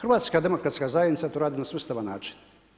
Hrvatska demokratska zajednica to radi na sustavan način.